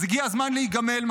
אז הגיע הזמן להיגמל,